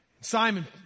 Simon